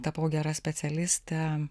tapau gera specialiste